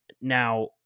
Now